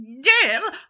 Dill